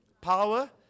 power